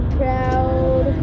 proud